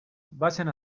vayan